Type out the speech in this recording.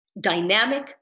dynamic